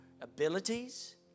Abilities